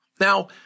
Now